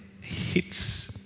hits